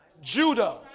Judah